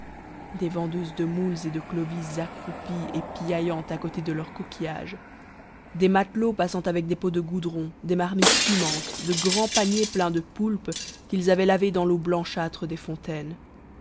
des vendeuses de moules et de clovisses accroupies et piaillant à côté de leurs coquillages des matelots passant avec des pots de goudron des marmites fumantes de grands paniers pleins de poulpes qu'ils allaient laver dans l'eau blanchâtre des fontaines